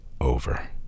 over